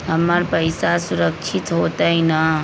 हमर पईसा सुरक्षित होतई न?